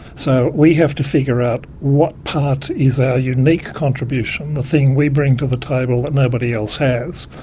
so we have to figure out what part is our unique contribution, the thing we bring to the table that nobody else has,